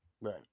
Right